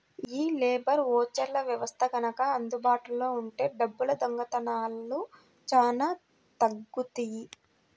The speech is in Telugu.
యీ లేబర్ ఓచర్ల వ్యవస్థ గనక అందుబాటులో ఉంటే డబ్బుల దొంగతనాలు చానా తగ్గుతియ్యి